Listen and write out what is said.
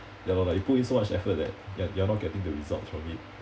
ya lor like you put in so much effort that you're you're not getting the results from it